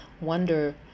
wonder